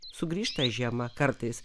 sugrįžta žiema kartais